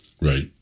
Right